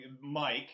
mike